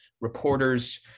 reporters